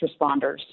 responders